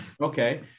okay